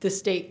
the state